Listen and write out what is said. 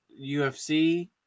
UFC